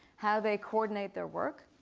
how they coordinate their work,